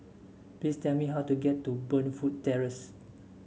please tell me how to get to Burnfoot Terrace